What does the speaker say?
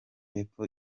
y’epfo